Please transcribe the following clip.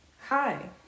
Hi